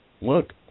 look